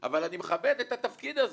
- אבל אני מכבד את התפקיד הזה,